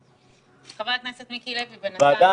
חבר הכנסת מיקי לוי, בינתיים.